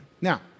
Now